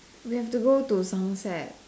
we have to go to Somerset